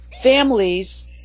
families